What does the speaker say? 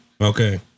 Okay